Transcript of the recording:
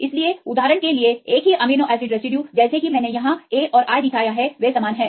इसलिए उदाहरण के लिए एक ही अमीनो एसिड रेसिड्यू जैसा कि मैंने यहां A और I दिखाया है वे समान हैं